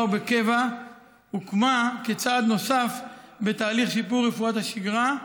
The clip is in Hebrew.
ובקבע הוקמה כצעד נוסף בתהליך שיפור רפואת השגרה,